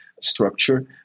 structure